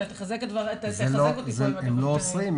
תחזק את --- הם לא אוסרים.